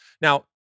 Now